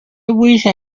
wished